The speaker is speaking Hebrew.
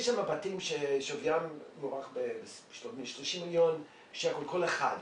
יש שם בתים ששוויים מוערך ב-30 מיליון שקל כל אחד,